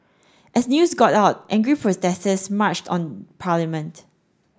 as news got out angry protesters marched on parliament